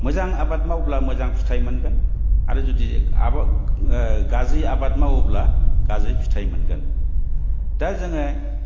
मोजां आबाद मावब्ला मोजां फिथाइ मोनगोन आरो जुदि आबाद गाज्रि आबाद मावोब्ला गाज्रि फिथाइ मोनगोन दा जों